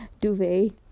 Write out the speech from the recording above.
duvet